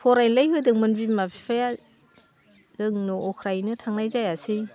फरायनोलाय होदोंमोन बिमा बिफाया जोंनो अख्रायैनो थांनाय जायासै